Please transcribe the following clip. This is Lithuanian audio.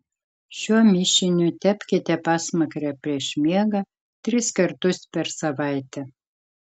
šiuo mišiniu tepkite pasmakrę prieš miegą tris kartus per savaitę